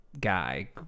guy